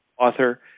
author